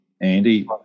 Andy